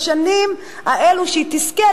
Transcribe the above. בשנים האלה שהיא תזכה,